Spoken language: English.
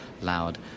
loud